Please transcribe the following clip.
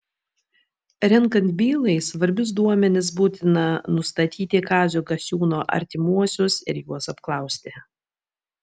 renkant bylai svarbius duomenis būtina nustatyti kazio gasiūno artimuosius ir juos apklausti